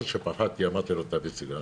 לא שפחדתי אבל אמרתי לו: תביא סיגריה.